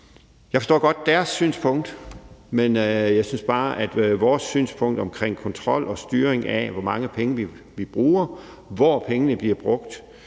Jeg forstår godt deres synspunkt, men jeg synes bare, at vores synspunkt omkring kontrol og styring af, hvor mange penge vi bruger, hvor pengene bliver brugt,